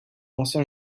ancien